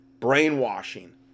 brainwashing